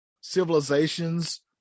civilizations